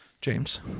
James